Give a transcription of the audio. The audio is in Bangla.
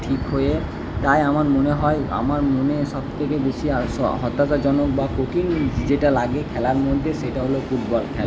ঠিক হয়ে তাই আমার মনে হয় আমার মনে সব থেকে বেশি হতাশাজনক বা কঠিন যেটা লাগে খেলার মধ্যে সেটা হলো ফুটবল খেলা